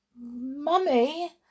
Mummy